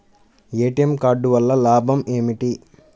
ATM card వల్ల లాభం ఏమిటి?